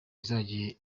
izajya